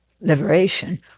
liberation